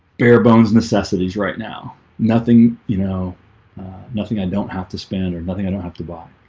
bare-bones necessities right now nothing, you know nothing. i don't have to spin or nothing. i don't have to buy.